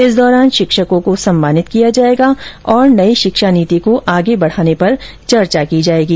इस दौरान शिक्षकों को सम्मानित किया जाएगा और नई शिक्षा नीति को आगे बढ़ाने पर चर्चा की जाएगी